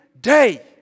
day